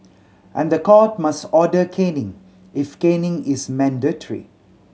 and the court must order caning if caning is mandatory